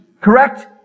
Correct